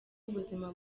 ubuzima